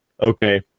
Okay